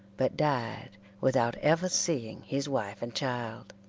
but died without ever seeing his wife and child.